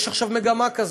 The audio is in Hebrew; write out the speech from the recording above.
יש עכשיו מגמה כזאת.